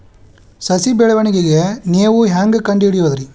ಸಸಿ ಬೆಳವಣಿಗೆ ನೇವು ಹ್ಯಾಂಗ ಕಂಡುಹಿಡಿಯೋದರಿ?